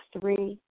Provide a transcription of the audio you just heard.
three